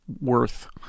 worth